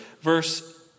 Verse